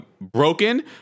broken